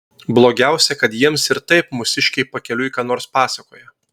blogiausia kad jiems ir taip mūsiškiai pakeliui ką nors pasakoja